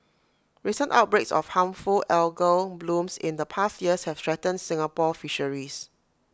recent outbreaks of harmful algal blooms in the past years have threatened Singapore fisheries